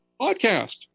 podcast